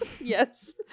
Yes